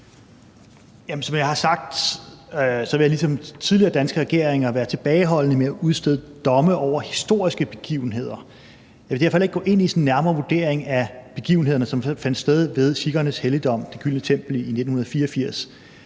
Som jeg har sagt, vil jeg ligesom tidligere danske regeringer være tilbageholdende med at udstede domme over historiske begivenheder. Jeg vil derfor heller ikke gå ind i sådan en nærmere vurdering af begivenhederne, som fandt sted ved sikhernes helligdom, Det Gyldne Tempel, i 1984.